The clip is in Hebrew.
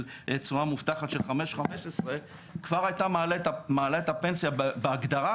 תשואה מובטחת של 5.15% כבר הייתה מעלה את הפנסיה בהגדרה